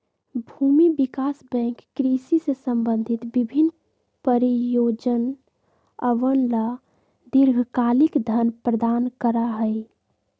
भूमि विकास बैंक कृषि से संबंधित विभिन्न परियोजनअवन ला दीर्घकालिक धन प्रदान करा हई